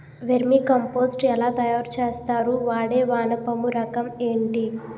Vermi compost ఎలా తయారు చేస్తారు? వాడే వానపము రకం ఏంటి?